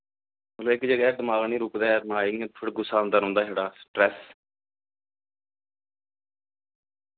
मतलब इक जगहे दमाक नी रुकदा ऐ इ'य्यां थोह्ड़ा गुस्सा औंदा रोह्नदा छड़ा स्ट्रैस